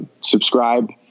subscribe